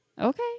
Okay